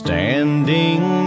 Standing